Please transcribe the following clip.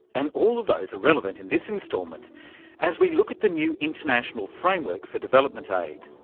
and all of those are relevant in this instalment as we look at the new international framework for development aid,